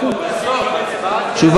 תודה.